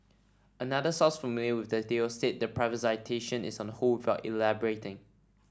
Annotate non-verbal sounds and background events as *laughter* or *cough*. another source familiar with the deal said the privatisation is on hold *unintelligible* elaborating